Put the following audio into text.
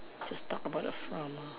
just talk about the farm